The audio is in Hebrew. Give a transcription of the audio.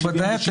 מכובדי,